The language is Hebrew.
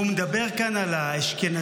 והוא מדבר כאן על האשכנזים,